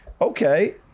okay